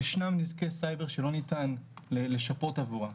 ישנם נזקי סייבר שלא ניתן 'לשפות' עבורה,